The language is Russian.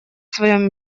своем